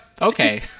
okay